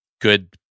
good